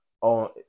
on